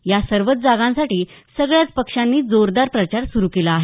या सर्वच जागांसाठी सगळ्याच पक्षांनी जोरदार प्रचार सुरू केला आहे